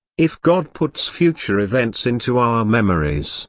if god puts future events into our memories,